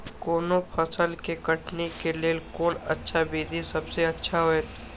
कोनो फसल के कटनी के लेल कोन अच्छा विधि सबसँ अच्छा होयत?